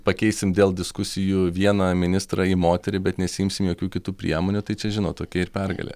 pakeisim dėl diskusijų vieną ministrą į moterį bet nesiimsim jokių kitų priemonių tai čia žinot tokia ir pergalė